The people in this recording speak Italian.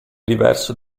diverso